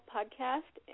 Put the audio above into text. Podcast